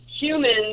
humans